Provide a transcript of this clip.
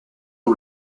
are